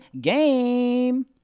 game